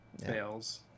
fails